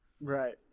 Right